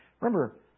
Remember